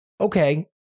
okay